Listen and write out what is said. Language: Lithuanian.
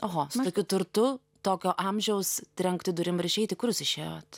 oho su tokiu turtu tokio amžiaus trenkti durim ir išeiti kur jūs išėjot